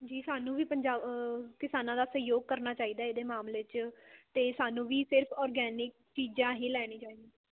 ਜੀ ਸਾਨੂੰ ਵੀ ਪੰਜਾ ਕਿਸਾਨਾਂ ਦਾ ਸਹਿਯੋਗ ਕਰਨਾ ਚਾਹੀਦਾ ਇਹਦੇ ਮਾਮਲੇ 'ਚ ਅਤੇ ਸਾਨੂੰ ਵੀ ਸਿਰਫ ਔਰਗੈਨਿਕ ਚੀਜ਼ਾਂ ਹੀ ਲੈਣੀ ਚਾਹੀਦੀਆਂ